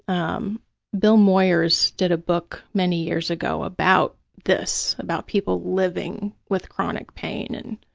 um bill moyers did a book many years ago about this, about people living with chronic pain and